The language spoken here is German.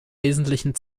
wesentlichen